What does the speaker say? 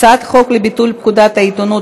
הצעת חוק לביטול פקודת העיתונות,